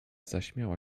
zaśmiała